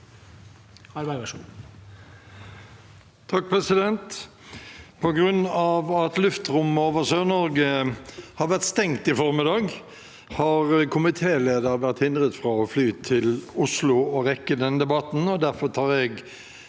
Svein Harberg (H) På grunn av at luft- rommet over Sør-Norge har vært stengt i formiddag, har komitélederen vært hindret fra å fly til Oslo og rekke denne debatten,